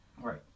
Right